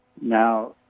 Now